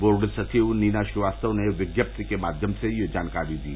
board सचिव नीना श्रीवास्तव ने विज्ञप्ति के माध्यम से यह जानकारी दी